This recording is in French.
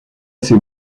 ses